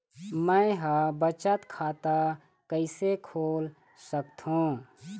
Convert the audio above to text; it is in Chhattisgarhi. मै ह बचत खाता कइसे खोल सकथों?